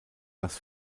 das